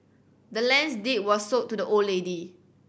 the land's deed was sold to the old lady